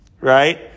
right